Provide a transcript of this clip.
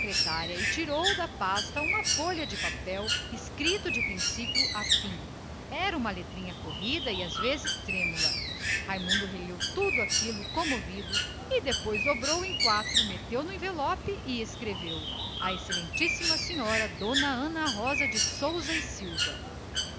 e tirou da pasta uma folha de papel escrita de princípio a fim com uma letra miúda e às vezes tremida releu tudo atentamente dobrou a folha meteu-a num envelope e subscritou o a ex a sr a d ana rosa de sousa e silva